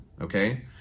Okay